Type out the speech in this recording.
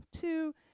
two